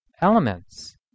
elements